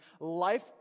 life